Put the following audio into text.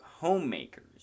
homemakers